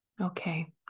Okay